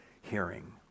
hearing